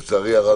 לצערי הרב,